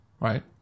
right